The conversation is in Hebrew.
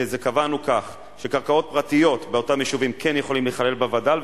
וקבענו כך: קרקעות פרטיות באותם יישובים כן יכולות להיכלל בווד"ל,